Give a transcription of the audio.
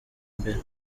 imbere